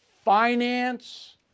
finance